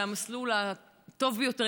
במסלול הטוב ביותר,